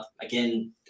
Again